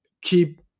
keep